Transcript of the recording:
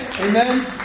amen